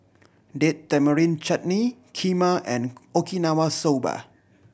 Date Tamarind Chutney Kheema and Okinawa Soba